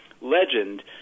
legend